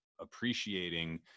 appreciating